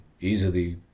easily